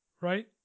right